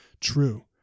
true